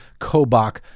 Kobach